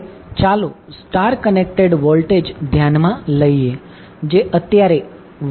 હવે ચાલો star connected voltage ધ્યાનમા લાઇએ જે અત્યારે વાય કનેક્ટેડ વોલ્ટેજ છે